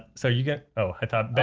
so you get oh?